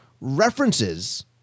references